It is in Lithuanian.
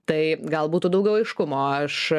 tai gal būtų daugiau aiškumo aš